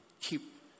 keep